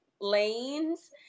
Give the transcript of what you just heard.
lanes